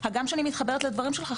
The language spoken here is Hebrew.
הגם שאני מתחברת לדברים שלך,